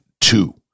two